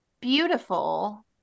beautiful